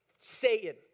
Satan